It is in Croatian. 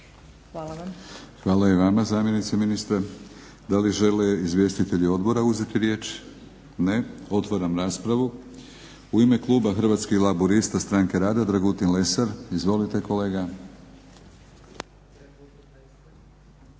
(HNS)** Hvala i vama zamjenice ministra. Da li žele izvjestitelji odbora uzeti riječ? Ne. Otvaram raspravu. U ime kluba Hrvatskih laburista stranke rada Dragutin Lesar. Izvolite kolega.